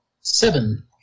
Seven